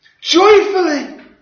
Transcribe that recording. Joyfully